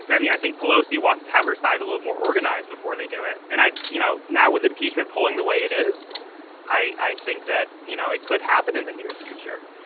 but i mean i think pelosi wants to have her side a little more organized before they do it. and i know now with impeachment polling the way it is i i think that you know it could happen in the near future.